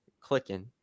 clicking